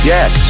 Yes